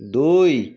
ଦୁଇ